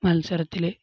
മത്സരത്തില്